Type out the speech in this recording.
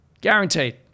guaranteed